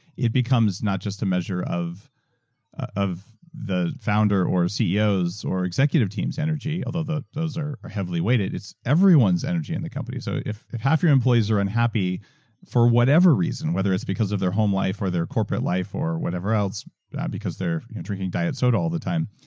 it becomes not just a measure of of the founder or ceo's or executive team's energy, although those are heavily weighted. it's everyone's energy in the company. so if if half your employees are unhappy for whatever reason, whether it's because of their home life or their corporate life or whatever else because they're drinking diet soda all the time,